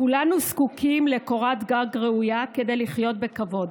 כולנו זקוקים לקורת גג ראויה כדי לחיות בכבוד.